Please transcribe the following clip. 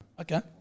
Okay